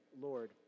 Lord